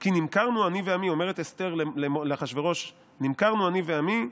"כי נמכרנו אני ועמי" אומרת אסתר לאחשוורוש "נמכרנו אני ועמי,